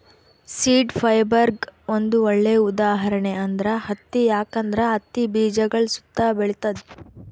seed ಫೈಬರ್ಗ್ ಒಂದ್ ಒಳ್ಳೆ ಉದಾಹರಣೆ ಅಂದ್ರ ಹತ್ತಿ ಯಾಕಂದ್ರ ಹತ್ತಿ ಬೀಜಗಳ್ ಸುತ್ತಾ ಬೆಳಿತದ್